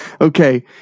okay